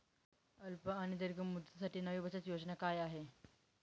अल्प आणि दीर्घ मुदतीसाठी नवी बचत योजना काय आहे?